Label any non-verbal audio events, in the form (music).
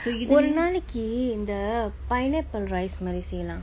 (breath) ஒருநாளைக்கி இந்த:orunaalaikki indtha pineapple rice மாரி செய்யலா:maari seiyyala